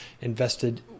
invested